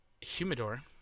humidor